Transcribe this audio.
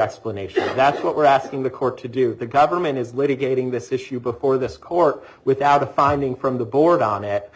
explanation that's what we're asking the court to do the government is litigating this issue before this court without a finding from the board on it